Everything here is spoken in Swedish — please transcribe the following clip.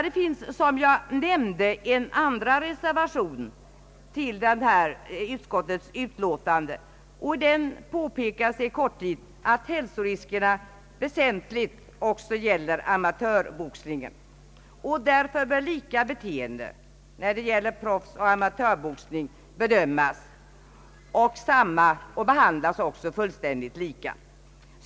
Det finns, som jag nämnde, en andra reservation till utskottets utlåtande, I den påpekas i korthet att hälsoriskerna väsentligen också gäller amatörboxningen. Därför bör lika beteende vare sig det gäller proffseller amatörboxning bedömas och behandlas fullständigt lika.